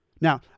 Now